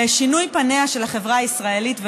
בשינויי פניה של החברה הישראלית,